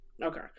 Okay